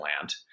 land